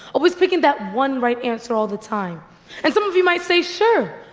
always picking that one right answer all the time and some of you might say sure,